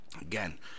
again